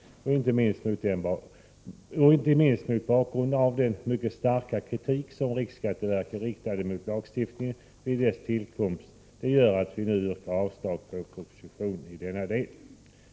Inte minst mot bakgrund av den mycket starka kritik som riksskatteverket riktade mot lagstiftningen vid dess tillkomst yrkar vi nu avslag på propositionen i denna del.